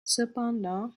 cependant